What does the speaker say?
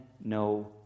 no